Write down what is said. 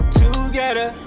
together